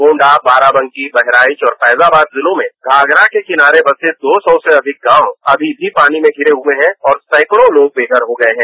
गोंडा बाराबकी बहराईच और फैजाबाद जिलों में घाघरा के किनारे बंसे दो सौ से अधिक गांव अभी भी पानी में पिरेहए है और सैकड़ों लोग बेघर हो गए हैं